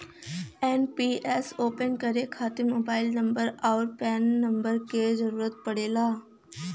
NPS open करे खातिर mobile number आउर पैन नंबर क जरुरत पड़ला